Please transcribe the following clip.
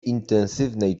intensywnej